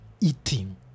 eating